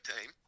team